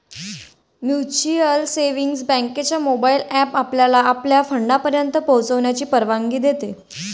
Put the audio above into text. mutual savings बँकेचा mobile app आपल्याला आपल्या फंडापर्यंत पोहोचण्याची परवानगी देतो